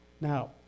Now